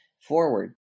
forward